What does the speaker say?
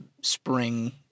spring